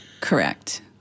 Correct